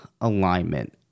alignment